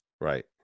Right